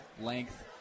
length